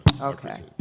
Okay